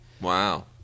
Wow